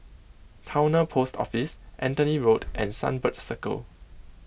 Towner Post Office Anthony Road and Sunbird Circle